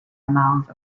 amount